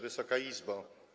Wysoka Izbo!